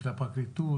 של הפרקליטות,